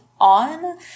on